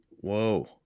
Whoa